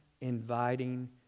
inviting